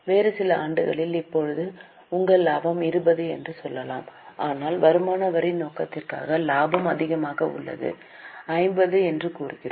வேறு சில ஆண்டுகளில் இப்போது உங்கள் லாபம் 20 என்று சொல்லலாம் ஆனால் வருமான வரி நோக்கத்திற்காக லாபம் அதிகமாக உள்ளது 50 என்று கூறுவோம்